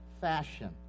fashion